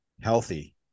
healthy